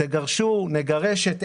תגרש את אלה,